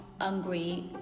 angry